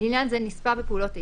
לעניין זה "נספה בפעולות איבה"